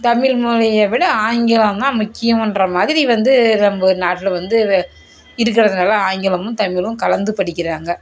தமிழ் மொழிய விட ஆங்கிலம் தான் முக்கியங்ற மாதிரி வந்து நம்ம நாட்டில் வந்து இருக்கிறதுனால ஆங்கிலமும் தமிழும் கலந்து படிக்கிறாங்க